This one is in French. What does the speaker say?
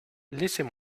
laissez